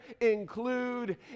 include